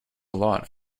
lot